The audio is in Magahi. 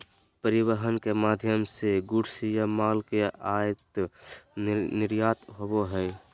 परिवहन के माध्यम से गुड्स या माल के आयात निर्यात होबो हय